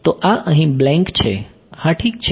તો આ અહીં બ્લેન્ક છે હા ઠીક છે